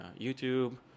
YouTube